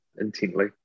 intently